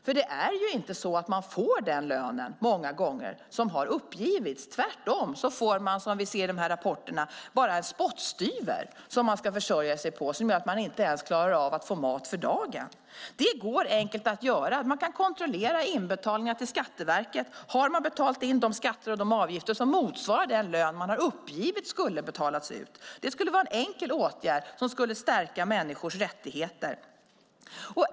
Många gånger får man ju inte den lön som har uppgivits. Som vi ser i rapporterna får man bara en spottstyver som man ska försörja sig på och som innebär att man inte ens klarar av att få mat för dagen. Det är enkelt att kontrollera. Man kan kontrollera inbetalningar till Skatteverket. Har man betalat in de skatter och avgifter som motsvarar den lön som man har uppgivit? Det är en enkel åtgärd som skulle stärka människors rättigheter.